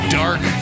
dark